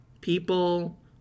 people